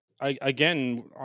Again